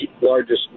largest